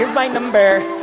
my number,